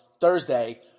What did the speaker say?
Thursday